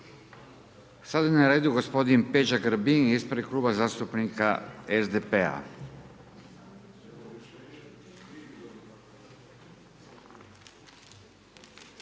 Sad je na redu gospodin Peđa Grbin ispred kluba zastupnika SDP-a.